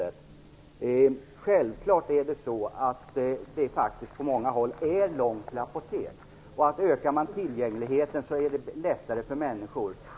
Det är självfallet så att det på många håll är långt till ett apotek, och om tillgängligheten ökar är det lättare för människor.